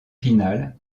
finale